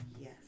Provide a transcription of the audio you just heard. yes